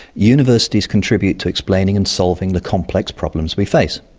universities contribute to explaining and solving the complex problems we face,